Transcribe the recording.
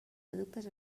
productes